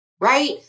Right